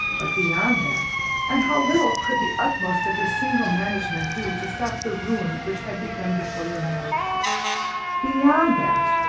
but beyond that and how little could the utmost of your single management do to stop the ruin which had begun before your marriage beyond that,